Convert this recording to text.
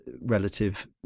relative